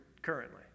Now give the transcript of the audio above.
Currently